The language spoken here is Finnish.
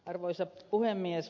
arvoisa puhemies